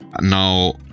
now